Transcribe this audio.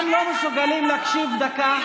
אתם לא מסוגלים להקשיב דקה.